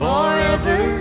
Forever